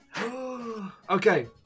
Okay